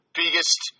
biggest